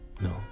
No